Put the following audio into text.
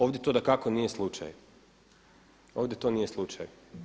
Ovdje to dakako nije slučaj, ovdje to nije slučaj.